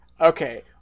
Okay